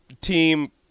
team